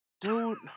dude